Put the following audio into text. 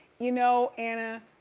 you know anna,